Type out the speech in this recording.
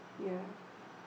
ya